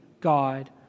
God